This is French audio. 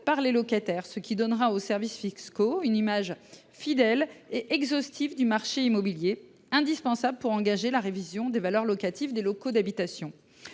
par les locataires, ce qui donnera aux services fiscaux une image fidèle et exhaustive du marché immobilier, indispensable pour engager la révision des valeurs locatives des locaux d’habitation.